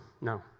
no